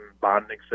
bonding